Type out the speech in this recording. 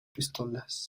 pistolas